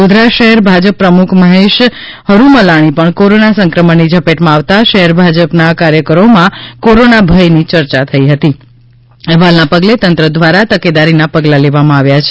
ગોધરા શહેર ભાજપ પ્રમુખ મહેશ હરૂમલાણી પણ કોરોના સંક્રમણ ની ઝપટમાં આવતા શહેર ભાજપના કાર્યકરોમાં કોરોના ભયની ચર્ચા થવા પામી છે અહેવાલના પગલે તંત્ર દ્વારા તકેદારીનાં પગલાં લેવામાં આવ્યાં છે